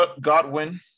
Godwin